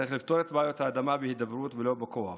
צריך לפתור את בעיות האדמה בהידברות ולא בכוח,